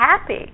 happy